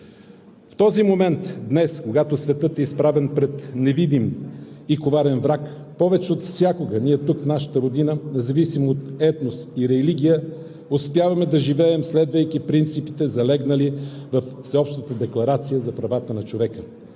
В този момент, днес, когато светът е изправен пред невидим и коварен враг, повече от всякога ние тук, в нашата родина, независимо от етнос и религия, успяваме да живеем, следвайки принципите, залегнали във Всеобщата декларация за правата на човека,